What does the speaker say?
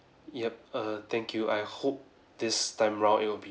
yup err thank you I hope this time around it will be